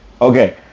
Okay